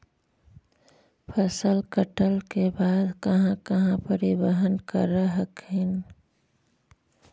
फसल कटल के बाद कहा कहा परिबहन कर हखिन?